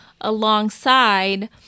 alongside